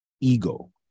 ego